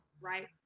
Right